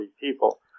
people